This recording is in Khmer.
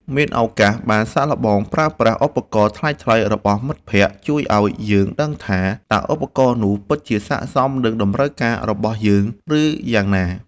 មានឱកាសបានសាកល្បងប្រើប្រាស់ឧបករណ៍ថ្លៃៗរបស់មិត្តភក្តិជួយឱ្យយើងដឹងថា តើឧបករណ៍នោះពិតជាស័ក្តិសមនឹងតម្រូវការរបស់យើង ឬ យ៉ាងណា។